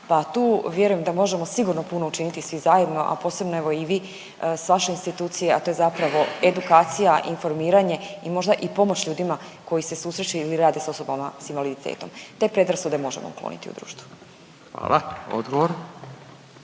Pa tu vjerujem da možemo sigurno puno učiniti svi zajedno, a posebno evo i vi s vaše institucije, a to je zapravo edukacija, informiranje i možda i pomoć ljudima koji se susreću ili rade s osobama s invaliditetom. Te predrasude možemo ukloniti u društvu. **Radin,